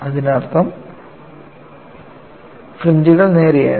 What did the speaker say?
അതിനർത്ഥം ഫ്രിഞ്ച്കൾ നേരെയായിരുന്നു